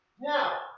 Now